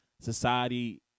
society